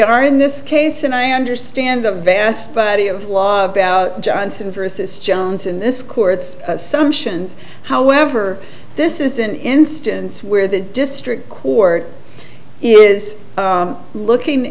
are in this case and i understand the vast but he of law about johnson versus jones in this court's assumptions however this is an instance where the district court is looking